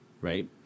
Right